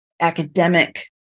academic